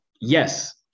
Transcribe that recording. Yes